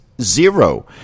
zero